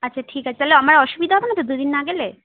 আচ্ছা ঠিক আছে তাহলে আমার অসুবিধা হবে না তো দুদিন না গেলে